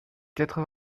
quatre